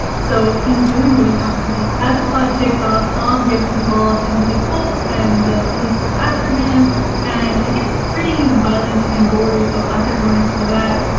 so he's doing what he has to do. as the plot and takes off, tom gets involved in the occult and the police are after him and it gets pretty violent and gory so content warnings for that.